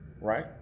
Right